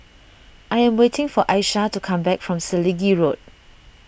I am waiting for Aisha to come back from Selegie Road